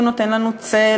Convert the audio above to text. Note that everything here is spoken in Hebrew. הוא נותן לנו צל,